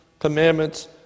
Commandments